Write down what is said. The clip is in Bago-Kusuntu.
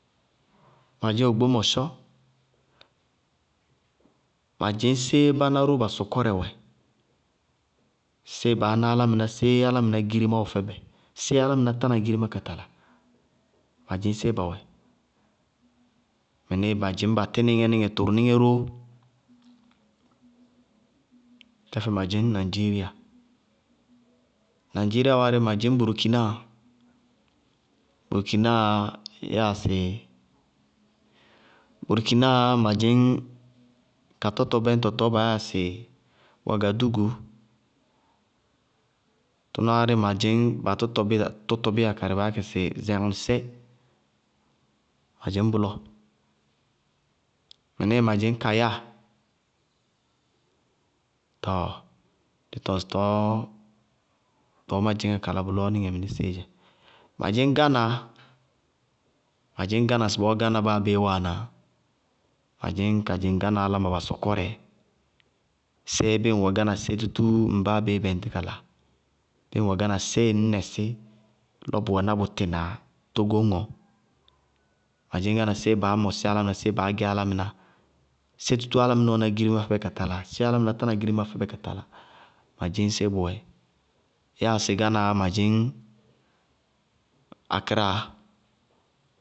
Ma dzɩñŋ ogbómɔsɔ, ma dzɩñŋ séé báná ró ba sɔkɔrɛ wɛ, séé baá ná álámɩná, séé álámɩná girimá wɛ fɛbɛ, séé álámɩná tána girimá ka tala, ma dzɩñ séé ba wɛ mɩnísíɩ ma dzɩñ ba tínɩŋɛ níŋɛ tʋrʋ níŋɛ ró. Tɛfɛ ma dzɩñŋ naŋdziriá, naŋdziriá wárí. ma dzɩñŋ burukináa, burukináa yáa sɩ, burukináa ma dzɩñŋ ka tɔtɔ bɛñtɔ tɔɔ baa yáa sɩ wagaɖúgu, tʋná wárí ma dzɩñŋ tɔtɔ rʋrʋ bíya, baá yá tɩ sɩ zɛŋŋrsé, ma dzɩñŋ bʋlɔ, mɩnísíɩ ma dzɩñŋ kayá tɔɔ, dí tɔŋ sɩ tɔɔ má dzɩñŋá ka la bʋlɔ díŋɛ mɩnísíɩ dzɛ, ma dzɩñŋ gána, ma dzɩñŋ gána ŋsɩbɔɔ gána báa béé wáana, ma dzɩñŋ ka dzɩŋ gána áláma ba sɔkɔrɛ séé bíɩ ŋwɛ gána sé tútúú ŋ báa béé bɛŋtí kala. Bíɩ ŋwɛ gána séé ŋñ nɛsí lɔ bʋ wɛná bʋ tɩ na tógó ñŋɔ. Ma dzɩñŋ gána séé baá mɔsí álámɩná, séé baá gɛ álámɩná. Sé tútúú álámɩná wɛná girimá fɛbɛ ka tala, séé álámɩná tána girimá fɛbɛ ka tala, ma dzɩñŋ séé bʋwɛ. Yáa sɩ gánaá ma dzɩñŋ akráa.